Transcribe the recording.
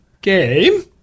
game